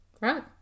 Right